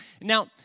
Now